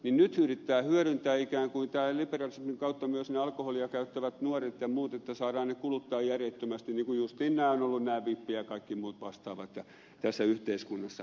nyt yritetään hyödyntää ikään kuin tämän liberalismin kautta myös nämä alkoholia käyttävät nuoret ja muut että saadaan ne kuluttamaan järjettömästi niin kuin justiin on ollut nämä vipit ja kaikki muut vastaavat tässä yhteiskunnassa